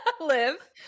live